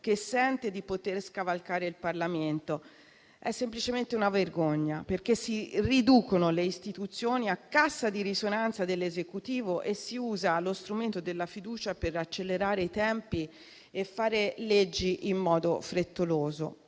che sente di poter scavalcare il Parlamento. È semplicemente una vergogna, perché si riducono le istituzioni a cassa di risonanza dell'Esecutivo e si usa lo strumento della fiducia per accelerare i tempi e fare leggi in modo frettoloso;